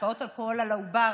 השפעות אלכוהול על העובר,